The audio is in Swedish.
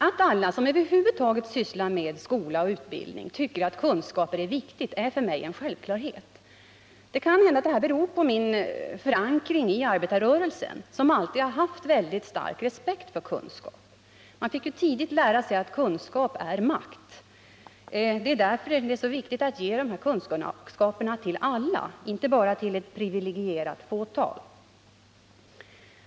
Att alla som över huvud taget sysslar med skola och utbildning tycker att kunskaper är viktiga är för mig en självklarhet. Det kan hända att min inställning beror på min förankring i arbetarrörelsen, som alltid haft en mycket stor respekt för kunskaper. Vi fick tidigt lära oss att kunskap är makt. Det är därför som det är så viktigt att ge kunskap till alla, inte bara till ett privilegierat fåtal.